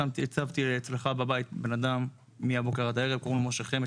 הצבתי אצלך בבית בן אדם מול הבוקר עד הערב קוראים לו משה חן,